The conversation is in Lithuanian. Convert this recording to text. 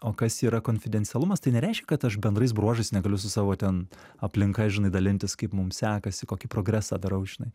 o kas yra konfidencialumas tai nereiškia kad aš bendrais bruožais negaliu su savo ten aplinka žinai dalintis kaip mum sekasi kokį progresą darau žinai